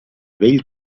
bell